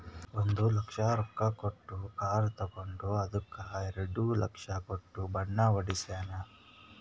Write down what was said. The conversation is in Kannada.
ಒಂದ್ ಲಕ್ಷ ರೊಕ್ಕಾ ಕೊಟ್ಟು ಕಾರ್ ತಗೊಂಡು ಅದ್ದುಕ ಎರಡ ಲಕ್ಷ ಕೊಟ್ಟು ಬಣ್ಣಾ ಹೊಡ್ಸ್ಯಾನ್